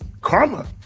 karma